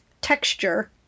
texture